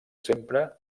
sempre